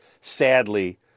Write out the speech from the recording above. sadly